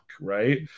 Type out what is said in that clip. right